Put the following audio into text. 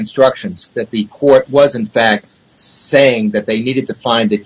instructions that the court wasn't fact saying that they needed to find th